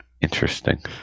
Interesting